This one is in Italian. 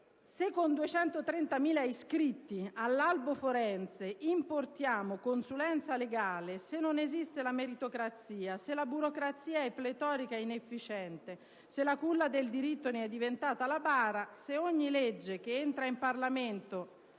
«Se con 230.000 iscritti all'albo forense importiamo consulenza legale, se non esiste la meritocrazia, se la burocrazia è pletorica e inefficiente, se la culla del diritto ne è diventata la bara, se ogni legge che entra in Parlamento